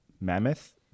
mammoth